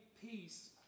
peace